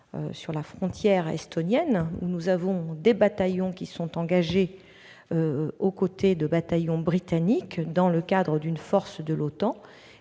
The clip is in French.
sur la frontière estonienne, où nous avons des bataillons engagés aux côtés de bataillons britanniques dans le cadre d'une force de l'OTAN